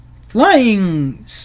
flying